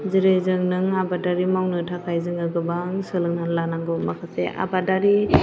जेरै जों नों आबाद मावनो थाखाय जोङो गोबां सोलोंनानै लानांगौ माखासे आबादआरि